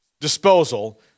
disposal